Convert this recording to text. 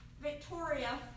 Victoria